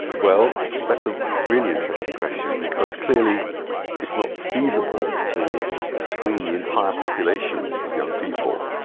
well that's a really interesting question because clearly it's not feasible to screen the entire population of young people,